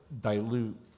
dilute